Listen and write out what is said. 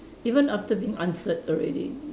even after being answered already